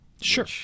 Sure